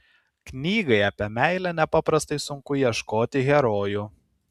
knygai apie meilę nepaprastai sunku ieškoti herojų